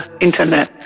internet